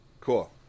Cool